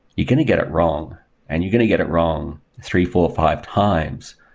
you're going to get it wrong and you're going to get it wrong three, four, five times,